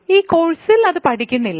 ഈ കോഴ്സിൽ അത് പഠിക്കുന്നില്ല